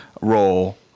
role